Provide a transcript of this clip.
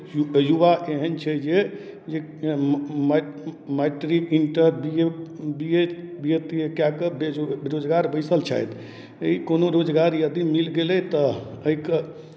U युवा एहन छै जे जे म् म् matric inter B A B A B A तीए कए कऽ बे बेरोजगार बैसल छथि एहि कोनो रोजगार यदि मिल गेलै तऽ एहिके